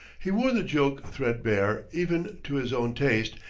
he wore the joke threadbare, even to his own taste,